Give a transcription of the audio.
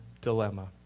dilemma